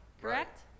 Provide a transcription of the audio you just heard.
Correct